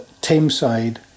Tameside